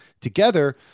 together